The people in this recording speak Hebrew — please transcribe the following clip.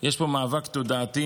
יש פה מאבק תודעתי.